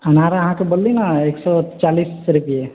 अनार अहाँके बोलली ने एक सओ चालिस रुपैए